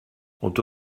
ont